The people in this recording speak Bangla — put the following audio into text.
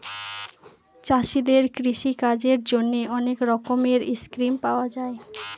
চাষীদের কৃষিকাজের জন্যে অনেক রকমের স্কিম পাওয়া যায়